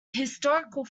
historical